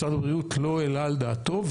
משרד הבריאות לא העלה על דעתו.